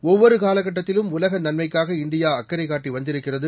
ஒவ்வொருகாலகட்டத்திலும்உலகநன்மைக்காகஇந்தியா அக்கறைகாட்டிவந்திருக்கிறது